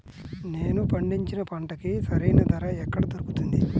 నేను పండించిన పంటకి సరైన ధర ఎక్కడ దొరుకుతుంది?